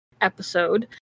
episode